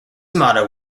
motto